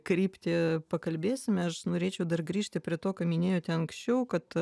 kryptį pakalbėsime aš norėčiau dar grįžti prie to ką minėjote anksčiau kad